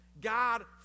God